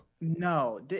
No